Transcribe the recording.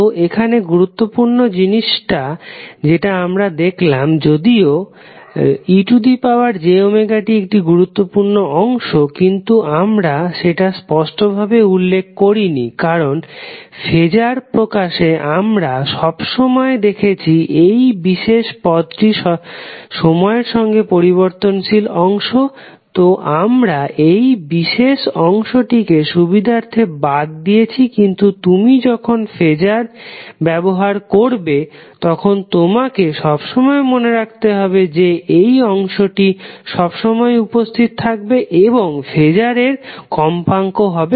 তো এখানে গুরুত্বপূর্ণ জিনিসটা যেটা আমরা দেখলাম যদিও ejωt একটি গুরুত্বপূর্ণ অংশ কিন্তু আমরা সেটা স্পষ্টভাবে উল্লেখ করি নি কারণ ফেজার প্রকাশে আমরা সবসময়ে দেখেছি এই বিশেষ পদটি সময়ের সঙ্গে পরিবর্তনশীল অংশ তো আমরা এই বিশেষ অংশটিকে সুবিধার্থে বাদ দিয়েছি কিন্তু তুমি যখন ফেজার ব্যবহার করবে তখন তোমাকে সবসময় মনে রাখতে হবে যে এই অংশটি সবসময়ে উপস্থিত থাকবে এবং ফেজারের কম্পাঙ্ক হবে